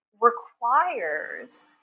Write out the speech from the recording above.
requires